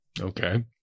Okay